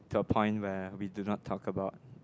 to a point where we do not talk about